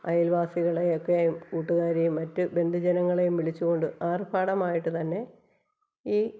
അയല്വാസികളെ ഒക്കെയും കൂട്ട്കാരെയും മറ്റ് ബന്ധുജനങ്ങളേയും വിളിച്ചുകൊണ്ട് ആര്ഭാടമായിട്ട് തന്നെ ഈ